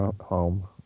Home